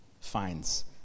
finds